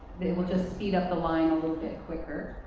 it will just speed up the line a little bit quicker.